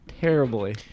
terribly